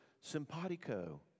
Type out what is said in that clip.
simpatico